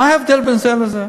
מה ההבדל בין זה לזה?